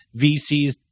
VCs